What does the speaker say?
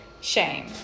shame